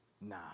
Nah